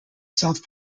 south